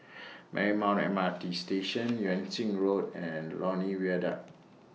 Marymount M R T Station Yuan Ching Road and Lornie Viaduct